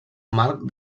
marc